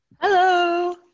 Hello